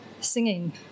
singing